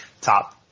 top